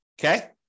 okay